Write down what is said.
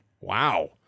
Wow